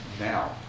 now